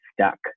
stuck